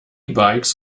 bikes